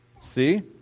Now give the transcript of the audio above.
See